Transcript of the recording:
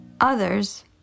Others